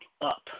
up